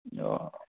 অঁ